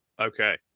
Okay